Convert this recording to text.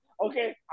okay